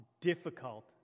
difficult